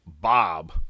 Bob